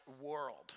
world